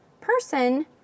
person